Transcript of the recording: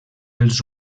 els